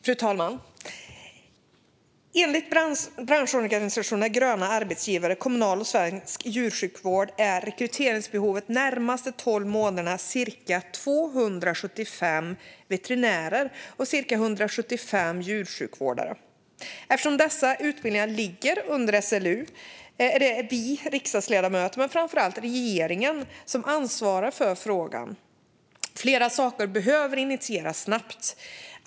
Fru talman! Enligt branschorganisationen Gröna arbetsgivare, Kommunal och Svensk Djursjukvård är rekryteringsbehovet för de närmaste tolv månaderna ca 275 veterinärer och ca 175 djursjukvårdare. Eftersom dessa utbildningar ligger under SLU är det vi riksdagsledamöter, men framför allt regeringen, som ansvarar för frågan. Flera saker behöver initieras snabbt.